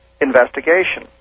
investigation